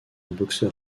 boxeur